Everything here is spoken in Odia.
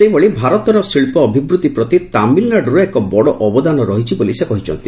ସେହିଭଳି ଭାରତର ଶିଳ୍ପ ଅଭିବୃଦ୍ଧି ପ୍ରତି ତାମିଲ୍ନାଡୁର ଏକ ବଡ଼ ଅବଦାନ ରହିଛି ବୋଲି ସେ କହିଛନ୍ତି